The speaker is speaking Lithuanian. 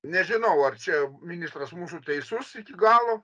nežinau ar čia ministras mūsų teisus iki galo